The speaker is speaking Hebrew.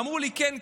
אמרו לי: כן,